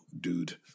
dude